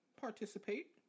participate